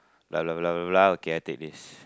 blah blah blah blah blah okay I take this